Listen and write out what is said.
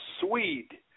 Swede